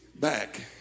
back